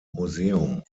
museum